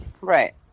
right